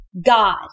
God